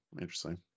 Interesting